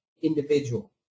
individual